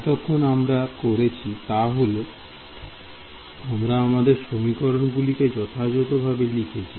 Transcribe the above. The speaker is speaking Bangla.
এতক্ষণ আমরা করেছি তা হল আমরা আমাদের সমীকরণগুলি কে যথাযথ ভাবে লিখেছি